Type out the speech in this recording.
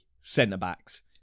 centre-backs